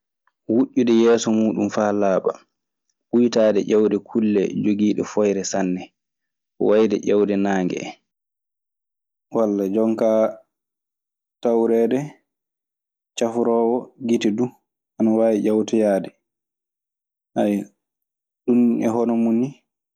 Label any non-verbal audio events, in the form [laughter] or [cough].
Wuƴƴude yeeso muuɗum faa laaɓa ɓuytaade e ƴewde kulle jogiiɗe foyre sanne wayde ƴewde naange en. Walla jonkaa tawreede cafroowo gite du ana waawi ƴewtoyaade. [hesitation] ɗun e hono mun nii.